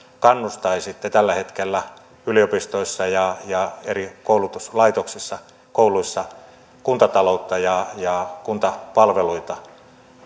kannustaisitte tällä hetkellä yliopistoissa ja ja eri koulutuslaitoksissa kouluissa kuntataloutta ja ja kuntapalveluita